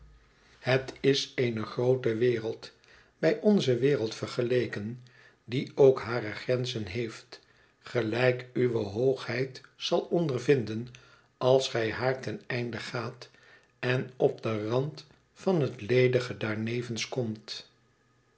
het is geene groote wereld bij onze wereld vergeleken die ook hare grenzen heeft gelijk uwe hoogheid zal ondervinden als gij haar ten einde gaat en op den rand van het ledige daarnevens komt